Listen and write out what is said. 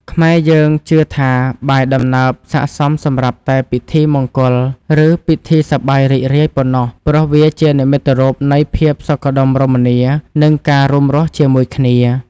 ខ្មែរយើងជឿថាបាយដំណើបសក្តិសមសម្រាប់តែពិធីមង្គល ឬពិធីសប្បាយរីករាយប៉ុណ្ណោះ ព្រោះវាជានិមិត្តរូបនៃភាពសុខដុមរមនា និងការរួមរស់ជាមួយគ្នា។